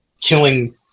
killing